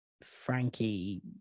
Frankie